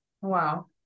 Wow